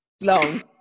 long